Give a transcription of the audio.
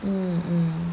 mm mm